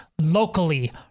locally